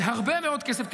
זה הרבה מאוד כסף.